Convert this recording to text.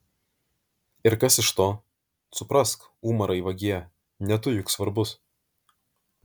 ir kas iš to suprask umarai vagie ne tu juk svarbus